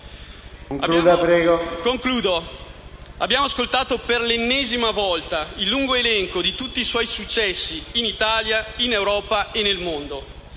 concludere. Abbiamo ascoltato per l'ennesima volta il lungo elenco di tutti i suoi successi in Italia, in Europa e nel mondo.